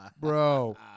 Bro